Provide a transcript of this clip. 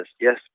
yes